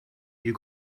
you